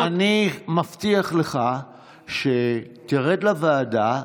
אז אני מבטיח לך שתרד לוועדה,